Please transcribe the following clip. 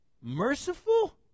merciful